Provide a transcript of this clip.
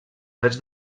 drets